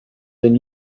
than